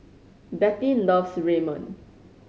Bette loves Ramen